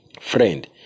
Friend